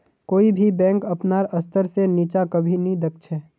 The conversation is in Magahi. कोई भी बैंक अपनार स्तर से नीचा कभी नी दख छे